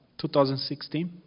2016